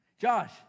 Josh